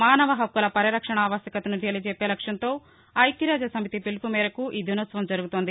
మానవ హక్కుల పరిరక్షణావశ్యతను తెలియజెప్పే లక్ష్యంతో ఐక్యరాజ్య సమితి పిలుపు మేరకు ఈ దినోత్సవం జరుగుతోంది